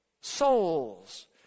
souls